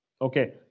Okay